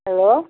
hello